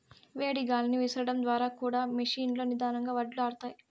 వేడి గాలిని విసరడం ద్వారా కూడా మెషీన్ లో నిదానంగా వడ్లు ఆరుతాయి